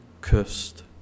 cursed